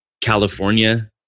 California